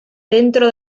dentro